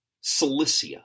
Cilicia